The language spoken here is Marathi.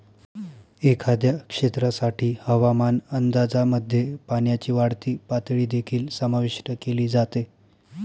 एखाद्या क्षेत्रासाठी हवामान अंदाजामध्ये पाण्याची वाढती पातळी देखील समाविष्ट केली जाते